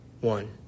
one